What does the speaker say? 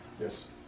yes